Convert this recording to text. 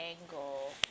angle